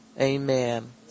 Amen